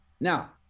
Now